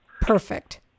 perfect